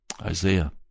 Isaiah